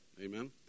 Amen